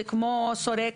וכמו שורק,